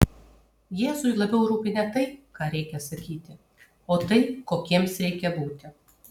jėzui labiau rūpi ne tai ką reikia sakyti o tai kokiems reikia būti